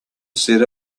said